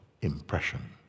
impression